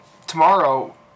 Tomorrow